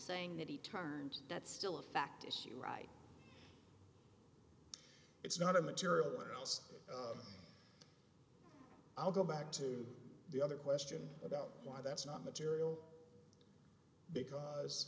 saying that he turned that's still a fact issue right it's not a material or else i'll go back to the other question about why that's not material because